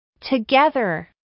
together